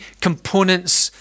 components